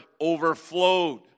overflowed